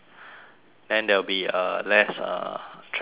and there will be uh less uh traffic jams